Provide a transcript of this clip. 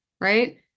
right